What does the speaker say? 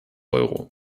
euro